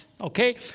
okay